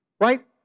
Right